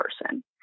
person